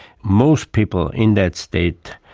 most people in that state,